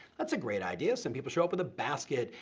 that's a great idea, some people show up with a basket,